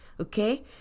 Okay